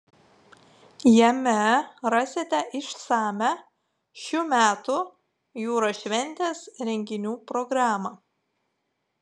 jame rasite išsamią šių metų jūros šventės renginių programą